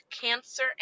Cancer